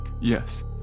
Yes